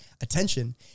attention